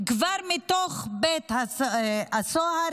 כבר מתוך בית הסוהר,